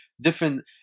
different